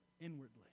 inwardly